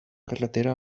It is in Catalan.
carretera